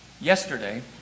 Yesterday